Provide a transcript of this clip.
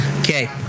Okay